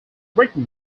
written